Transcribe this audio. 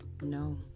no